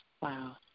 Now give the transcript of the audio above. Wow